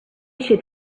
should